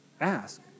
ask